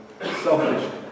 Selfish